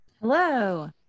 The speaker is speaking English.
Hello